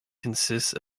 consists